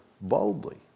boldly